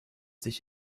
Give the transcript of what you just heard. sich